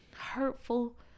hurtful